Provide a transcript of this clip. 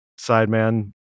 sideman